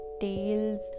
tales